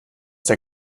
der